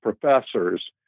professors